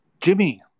Jimmy